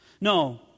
No